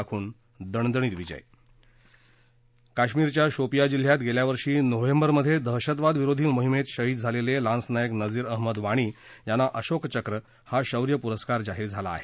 राखून दणदणीत विजय काश्मीरच्या शोपिया जिल्ह्यात गेल्या वर्षी नोव्हेंबरमध्ये दहशतवाद विरोधी मोहिमेत शहीद झालेले लान्स नायक नजीर अहमद वाणी यांना अशोकचक्र हा शौर्य पुरस्कार जाहीर झाला आहे